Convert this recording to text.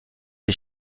est